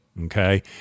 Okay